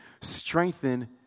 strengthen